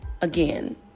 again